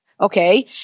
Okay